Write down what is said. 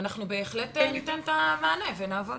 ואנחנו בהחלט ניתן את המענה ונעבוד.